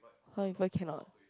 some people cannot